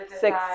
six